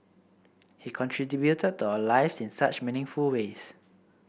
he to our lives in such meaningful ways